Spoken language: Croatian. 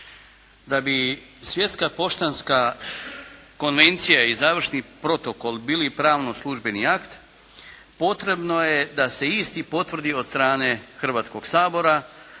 Da bi Svjetska poštanska konvencija i Završni protokol bili pravno službeni akt potrebno je da se isti potvrdi od strane Hrvatskog sabora.